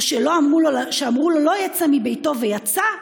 או שאמרו לו לא יצא מביתו ויצא,